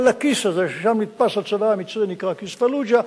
כל הכיס הזה ששם נתפס הצבא המצרי נקרא כיס-פלוג'ה,